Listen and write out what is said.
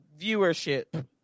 viewership